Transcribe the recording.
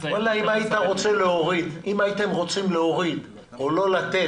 אם הייתם רוצים להוריד או לא לתת,